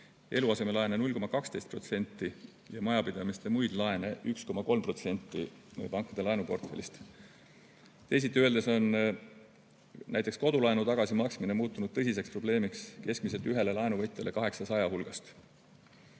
eluasemelaene 0,12% ja majapidamiste muid laene 1,3% meie pankade laenuportfellist. Teisiti öeldes on näiteks kodulaenu tagasimaksmine muutunud tõsiseks probleemiks keskmiselt ühele laenuvõtjale 800 hulgast.